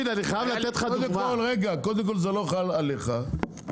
קודם כל זה לא חל עליך,